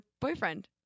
boyfriend